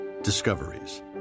Discoveries